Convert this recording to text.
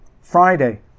Friday